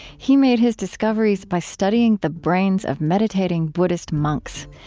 he made his discoveries by studying the brains of meditating buddhist monks.